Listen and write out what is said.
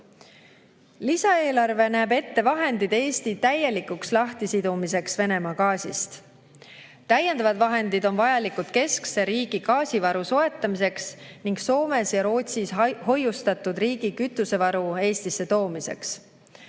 Lisaeelarves näeme ette vahendid Eesti täielikuks lahtisidumiseks Venemaa gaasist. Täiendavad vahendid on vajalikud riigi keskse gaasivaru soetamiseks ning Soomes ja Rootsis hoiustatud riigi kütusevaru Eestisse toomiseks.